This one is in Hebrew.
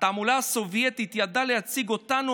התעמולה הסובייטית ידעה להציג אותנו,